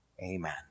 Amen